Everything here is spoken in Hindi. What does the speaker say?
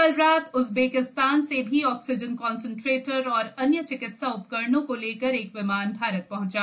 कल रात उज़्बेकिस्तान से भी ऑक्सीजन कांसेंट्रेटर और अन्य चिकित्सा उपकरणों को लेकर एक विमान भारत पहंचा